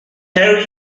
harry